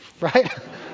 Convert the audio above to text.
right